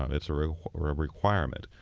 um it's a requirement